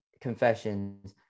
confessions